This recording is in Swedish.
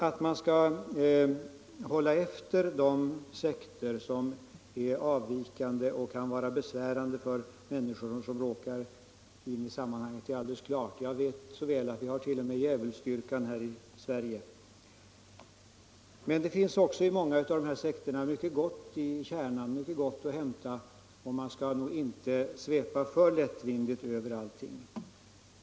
Att man skall hålla efter de sekter som är avvikande och kan vara besvärande för människor som råkar in i dem är alldeles klart. Jag vet så väl att vi har t.o.m. djävulsdyrkan här i Sverige. Men det finns också i många av förekommande sekter mycket gott att hämta i kärnan, och man skall nog inte svepa för lättvindigt över allting.